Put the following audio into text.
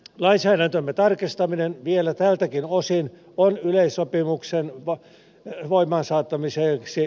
lainsäädäntömme tarkistaminen vielä tältäkin osin on yleissopimuksen voimaansaattamiseksi tarpeellista